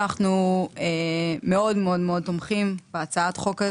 אנחנו מאוד מאוד תומכים בהצעת החוק,